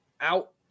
out